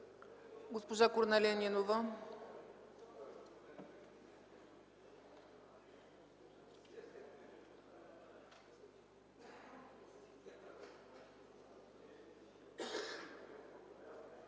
Госпожа Корнелия Нинова.